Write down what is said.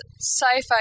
sci-fi